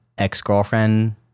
ex-girlfriend